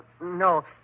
No